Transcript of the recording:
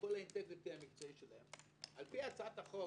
כל היושרה המקצועית שלהם, לפי הצעת החוק